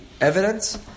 evidence